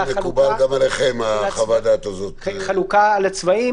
- על החלוקה לצבעים,